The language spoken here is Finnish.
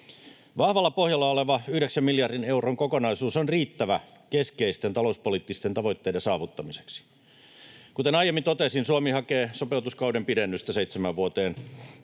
Vahvalla pohjalla oleva yhdeksän miljardin euron kokonaisuus on riittävä keskeisten talouspoliittisten tavoitteiden saavuttamiseksi. Kuten aiemmin totesin, Suomi hakee sopeutuskauden pidennystä seitsemään vuoteen.